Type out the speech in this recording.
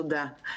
תודה.